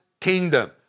kingdom